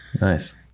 Nice